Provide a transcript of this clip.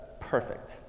perfect